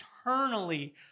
eternally